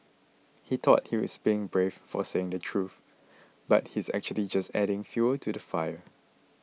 he thought he's brave for saying the truth but he's actually just adding fuel to the fire